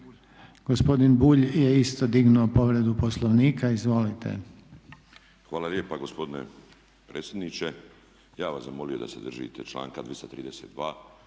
gospodin Bulj je isto dignuo povredu Poslovnika. Izvolite. **Bulj, Miro (MOST)** Hvala lijepa gospodine predsjedniče. Ja bih vas zamolio da se držite članka 232.